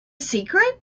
secret